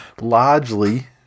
largely